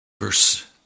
Verse